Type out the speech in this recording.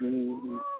ᱦᱮᱸ ᱦᱮᱸ